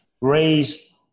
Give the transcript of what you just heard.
Raise